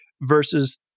versus